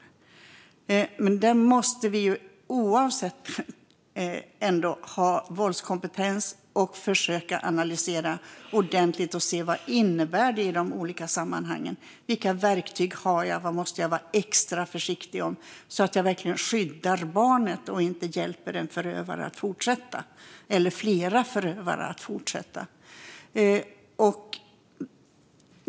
Oavsett det måste vi ändå ha våldskompetens, försöka att analysera ordentligt och se vad det innebär i de olika sammanhangen. Vilka verktyg har jag, och vad måste jag vara extra försiktig med så att jag verkligen skyddar barnet och inte hjälper en förövare eller flera förövare att fortsätta?